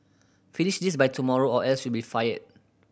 finish this by tomorrow or else you'll be fired